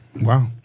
wow